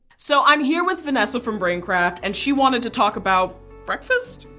so, i'm here with vanessa from braincraft, and she wanted to talk about breakfast?